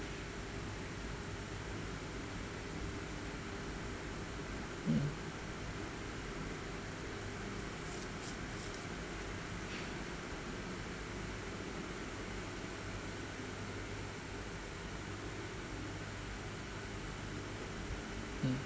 mm